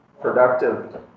Productive